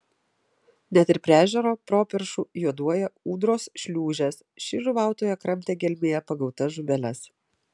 net ir prie ežero properšų juoduoja ūdros šliūžės ši žuvautoja kramtė gelmėje pagautas žuveles